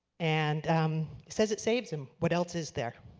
and um says it saves him. what else is there?